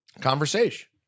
conversation